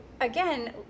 again